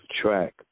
track